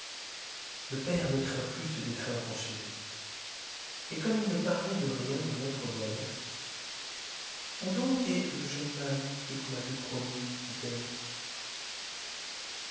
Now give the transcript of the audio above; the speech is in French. le père ne craint plus ce défunt tant chéri mais comme il ne parlait de rien à notre belle où donc est le jeune mari que vous m'avez promis dit-elle